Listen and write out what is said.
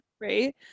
right